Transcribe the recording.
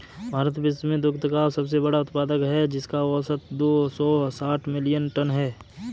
भारत विश्व में दुग्ध का सबसे बड़ा उत्पादक है, जिसका औसत दो सौ साठ मिलियन टन है